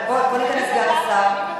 אני בדקתי את כל החלטות הממשלה מינואר 2004,